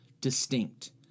distinct